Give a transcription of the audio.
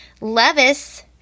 Levis